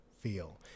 feel